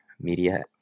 media